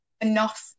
enough